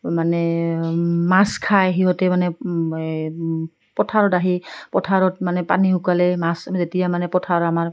মানে মাছ খায় সিহঁতে মানে পথাৰত আহি পথাৰত মানে পানী শুকালে মাছ যেতিয়া মানে পথাৰ আমাৰ